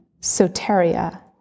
soteria